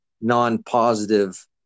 non-positive